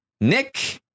Nick